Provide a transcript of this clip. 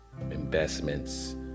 investments